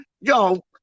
Yo